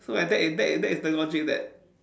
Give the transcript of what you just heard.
so like that is that that is the logic that